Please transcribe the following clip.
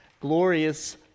glorious